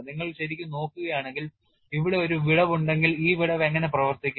നിങ്ങൾ ശരിക്കും നോക്കുകയാണെങ്കിൽ ഇവിടെ ഒരു വിടവ് ഉണ്ടെങ്കിൽ ഈ വിടവ് എങ്ങനെ പ്രവർത്തിക്കും